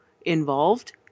involved